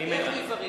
איך אני מברר?